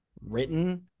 written